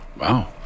Wow